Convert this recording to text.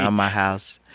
um my house.